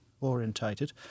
orientated